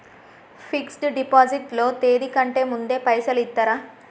Fix డ్ deposit లో తేది కంటే ముందే పైసలు ఇత్తరా?